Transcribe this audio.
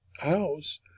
house